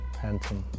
handsome